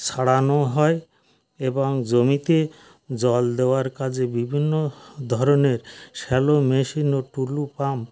সাড়ানো হয় এবং জমিতে জল দেওয়ার কাজে বিভিন্ন ধরনের স্যালো মেশিন ও টুলু পাম্প